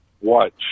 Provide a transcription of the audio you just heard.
watch